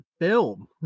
film